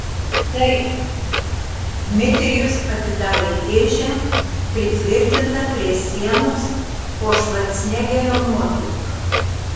taip dmitrijus atidarė dėžę pritvirtintą prie sienos po švarcnegerio nuotrauka